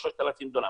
3,000 דונם